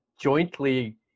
jointly